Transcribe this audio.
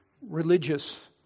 religious